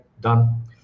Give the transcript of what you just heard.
done